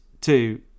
two